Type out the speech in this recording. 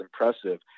impressive